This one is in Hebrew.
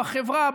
בחברה,